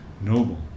noble